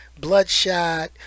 bloodshot